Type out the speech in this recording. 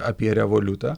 apie revoliutą